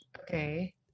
Okay